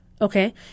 Okay